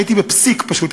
הייתי בפסיק, פשוט.